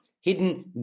hidden